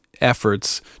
efforts